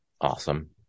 awesome